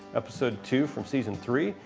episode two from season three,